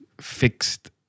fixed